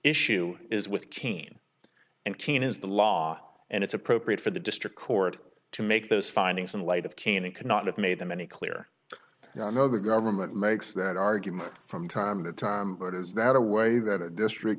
issue is with cain and cain is the law and it's appropriate for the district court to make those findings in light of can and cannot have made them any clearer and i know the government makes that argument from time to time but is that a way that a district